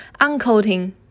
Uncoating